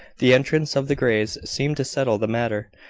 the entrance of the greys seemed to settle the matter.